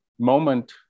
moment